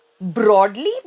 broadly